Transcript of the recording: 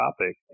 topic